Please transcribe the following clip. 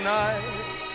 nice